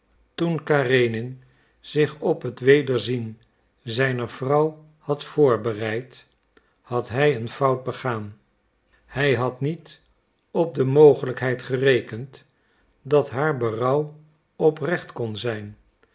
toen karenin zich op het wederzien zijner vrouw had voorbereid had hij een fout begaan hij had niet op de mogelijkheid gerekend dat haar berouw oprecht kon zijn